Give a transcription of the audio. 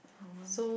I want